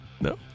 No